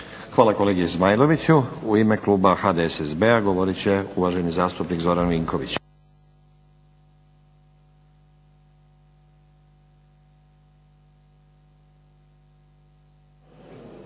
Hvala kolegi Zmajloviću. U ime kluba HDSSB-a govorit će uvaženi zastupnik Zoran Vinković.